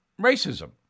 racism